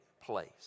place